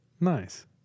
Nice